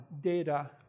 data